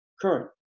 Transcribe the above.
current